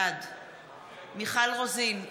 בעד מיכל רוזין,